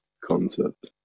concept